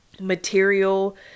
material